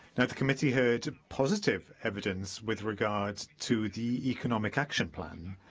the committee heard positive evidence with regard to the economic action plan.